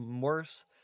worse